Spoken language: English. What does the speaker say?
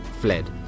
fled